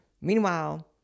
Meanwhile